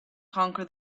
conquer